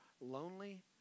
lonely